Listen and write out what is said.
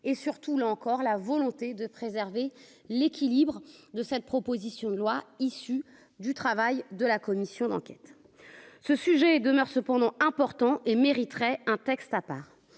et surtout, là encore, la volonté de préserver l'équilibre de cette proposition de loi issus du travail de la commission d'enquête ce sujet demeure cependant important et mériterait un texte à part